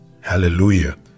hallelujah